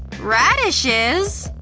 radishes?